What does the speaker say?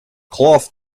cloth